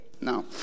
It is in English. No